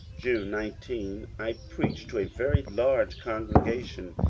june nineteen, i preached to a very large congregation,